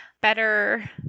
better